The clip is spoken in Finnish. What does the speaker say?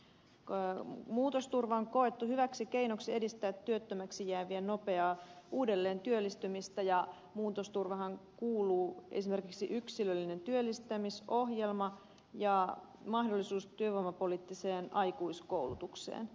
muutosturva on koettu hyväksi keinoksi edistää työttömäksi jäävien nopeaa uudelleentyöllistymistä ja muutosturvaanhan kuuluu esimerkiksi yksilöllinen työllistämisohjelma ja mahdollisuus työvoimapoliittiseen aikuiskoulutukseen